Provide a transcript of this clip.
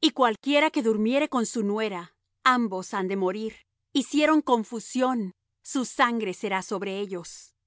y cualquiera que durmiere con su nuera ambos han de morir hicieron confusión su sangre será sobre ellos